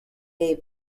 day